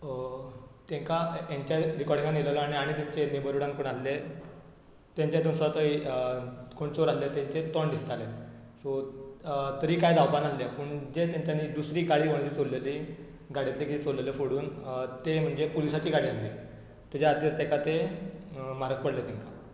तांकां हाच्या रिकॉडिंगान आयिल्लो आनी तांच्या नेबरहुडान कोण आसले तांच्या थंयसर कोण चोर आसले तांचेंच तोंड दिसतालें सो तरी काय जावपाक नासलें पूण जे तांच्यानी दुसरी गाडी कोणाची चोरिल्ली गाडयेंतली कितें चोरिल्लें फोडून ते म्हणजे पुलिसांची गाडी आसली ताज्या खातीर ताका ते म्हारग पडलें तांकां खूब